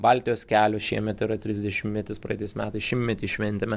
baltijos kelio šiemet yra trisdešimtmetis praeitais metais šimtmetį šventėme